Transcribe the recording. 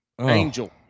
Angel